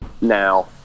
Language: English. now